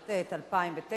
התשס"ט 2009,